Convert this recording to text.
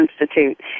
Institute